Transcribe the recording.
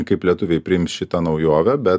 kaip lietuviai priims šitą naujovę bet